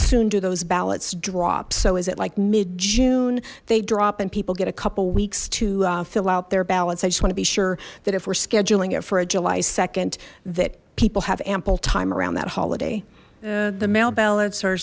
soon do those ballots drop so is it like mid june they drop and people get a couple weeks to fill out their ballots i just want to be sure that if we're scheduling it for a july nd that people have ample time around that holiday the mail ballots are